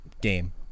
game